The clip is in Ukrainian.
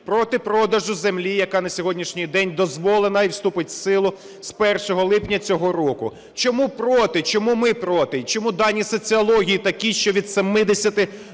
проти продажу землі, яка на сьогоднішній день дозволена і вступить в силу з 1 липня цього року. Чому проти, чому ми проти? І чому дані соціології такі, що від 70